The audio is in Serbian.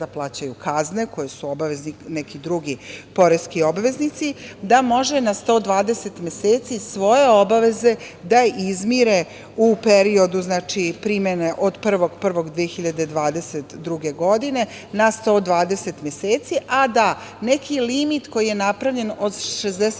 da plaćaju kazne koje su u obavezi neki drugi poreski obaveznici, da može na 120 meseci svoje obaveze da izmire u periodu primene od 01.01.2022. godine, na 120 meseci, a da neki limit koji je napravljen od 64.000